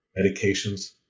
medications